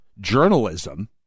journalism